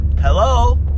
Hello